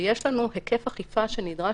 ויש לנו היקף אכיפה שנדרש,